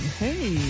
hey